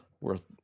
worth